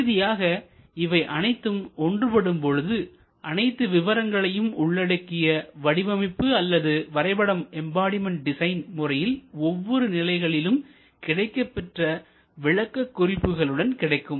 இறுதியாக இவை அனைத்தும் ஒன்றுபடும் பொழுது அனைத்து விவரங்களையும் உள்ளடக்கிய வடிவமைப்பு அல்லது வரைபடம் எம்பாடிமெண்ட் டிசைன் முறையில் ஒவ்வொரு நிலைகளிலும் கிடைக்கப்பெற்ற விளக்கக் குறிப்புகளுடன் கிடைக்கும்